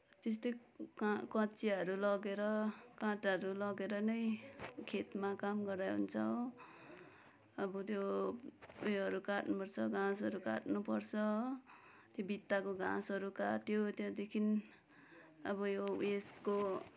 त्यस्तै का कचियाहरू लगेर काँटाहरू लगेर नै खेतमा काम गराइ हुन्छ हो अब त्यो उयोहरू काटनु पर्छ घाँसहरू काटनु पर्छ हो त्यो भित्ताको घाँसहरू काट्यो त्यहाँदेखि अब यो उसको